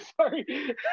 sorry